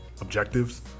objectives